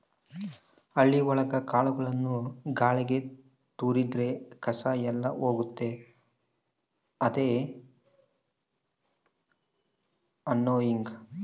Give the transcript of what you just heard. ಹಳ್ಳಿ ಒಳಗ ಕಾಳುಗಳನ್ನು ಗಾಳಿಗೆ ತೋರಿದ್ರೆ ಕಸ ಎಲ್ಲ ಹೋಗುತ್ತೆ ಅದೇ ವಿನ್ನೋಯಿಂಗ್